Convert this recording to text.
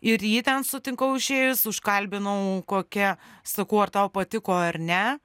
ir jį ten sutikau išėjus užkalbinau kokia sakau ar tau patiko ar ne